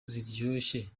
ziryoshye